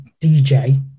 dj